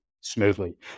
smoothly